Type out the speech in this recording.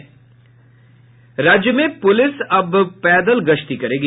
राज्य में पुलिस अब पैदल गश्ती करेगी